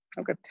Okay